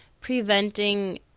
preventing